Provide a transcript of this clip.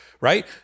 Right